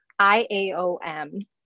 IAOM